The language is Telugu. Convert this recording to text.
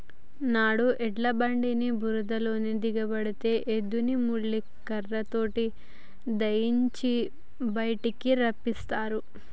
నాడు ఎడ్ల బండి బురదలో దిగబడితే ఎద్దులని ముళ్ళ కర్రతో దయియించి బయటికి రప్పిస్తారు